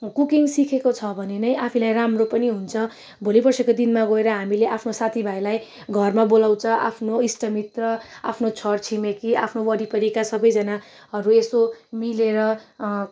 cooking सिकेको छ भने नै आफैलाई राम्रो पनि हुन्छ भोलिपर्सीको दिनमा गोएर हामीले आफ्नो साथीभाइलाई घरमा बोलाउँछ आफ्नो इष्टमित्र आफ्नो छरछिमेकी आफ्नो वरिपरिका सबैजानाहरू यसो मिलेर